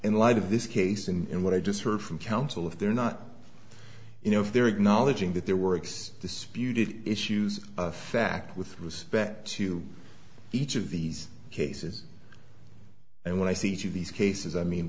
in light of this case and what i just heard from counsel if they're not you know if they're acknowledging that their works disputed issues of fact with respect to each of these cases and when i see each of these cases i mean